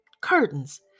Curtains